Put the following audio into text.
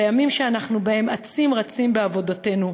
בימים שאנחנו בהם אצים-רצים בעבודתנו,